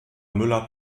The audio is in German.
müller